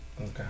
Okay